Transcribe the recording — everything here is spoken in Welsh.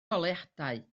goleuadau